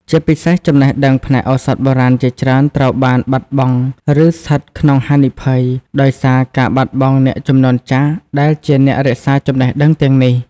ជាពិសេស ចំណេះដឹងផ្នែកឱសថបុរាណជាច្រើនត្រូវបានបាត់បង់ ឬស្ថិតក្នុងហានិភ័យ ដោយសារការបាត់បង់អ្នកជំនាន់ចាស់ដែលជាអ្នករក្សាចំណេះដឹងទាំងនេះ។